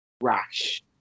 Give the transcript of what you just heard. rash